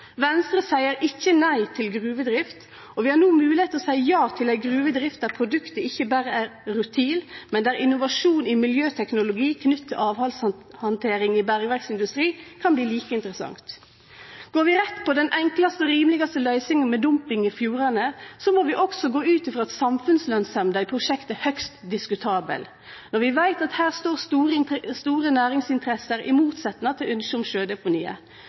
Venstre seier ikkje nei til gruvedrift, og vi har no moglegheit til å seie ja til ei gruvedrift der produktet ikkje berre er rutil, men der innovasjon i miljøteknologi knytt til avfallshandtering i bergverksindustri kan bli like interessant. Går vi rett på den enklaste og rimelegaste løysinga med dumping i fjordane, må vi også gå ut frå at samfunnslønsemda i prosjektet er høgst diskutabel, når vi veit at her står store næringsinteresser i motsetnad til ønsket om sjødeponiet.